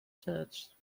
church